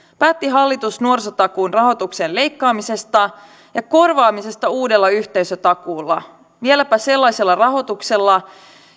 päätti hallitus nuorisotakuun rahoituksen leikkaamisesta ja korvaamisesta uudella yhteisötakuulla vieläpä sellaisella rahoituksella